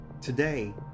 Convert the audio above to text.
Today